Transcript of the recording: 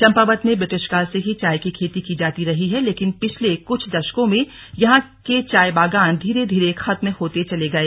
चंपावत में ब्रिटिशकाल से ही चाय की खेती की जाती रही है लेकिन पिछले कुछ दशकों में यहां के चाय बागान धीरे धीरे खत्म होते चले गए